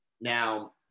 Now